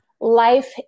life